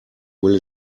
will